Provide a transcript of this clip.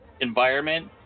environment